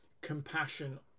compassion